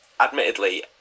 admittedly